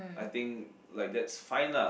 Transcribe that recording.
I think like that's fine lah